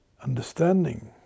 understanding